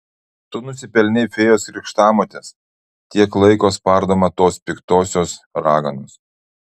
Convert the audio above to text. tu nusipelnei fėjos krikštamotės tiek laiko spardoma tos piktosios raganos